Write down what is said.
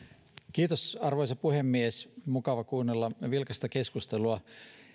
arvoisa puhemies mukava kuunnella vilkasta keskustelua